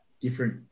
different